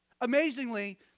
Amazingly